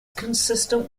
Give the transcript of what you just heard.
consistent